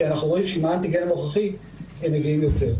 אנחנו רואים שעם האנטיגן הנוכחי הם מגיעים יותר.